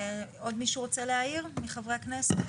עוד מישהו רוצה להעיר מחברי הכנסת?